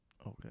Okay